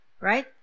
right